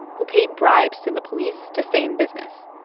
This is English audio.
who paid bribes to the police to stay in business.